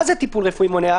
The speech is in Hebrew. מה זה טיפול רפואי מונע?